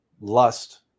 lust